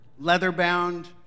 leather-bound